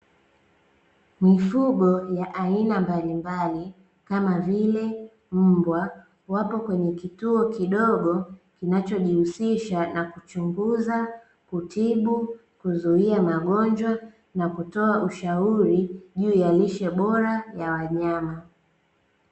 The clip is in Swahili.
Mifugo ya aina mbalimbali kama vile; mbwa, wapo kwenye kituo kidogo kinachojihusisha na kuchunguza, kutibu, kuzuia magonjwa na kutoa ushauri juu ya lishe bora ya wanyama.